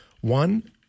one